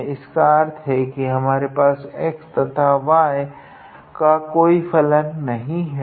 तो इसका अर्थ है की हमारे पास x या y का कोई फलन नहीं है